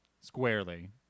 Squarely